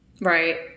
Right